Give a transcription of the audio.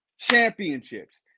championships